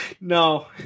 no